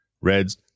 Red's